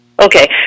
Okay